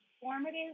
formative